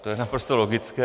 To je naprosto logické.